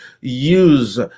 Use